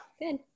Good